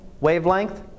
wavelength